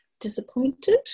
disappointed